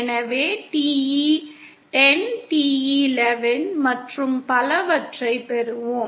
எனவே TE 10 TE 11 மற்றும் பலவற்றைப் பெறுவோம்